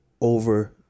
over